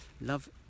love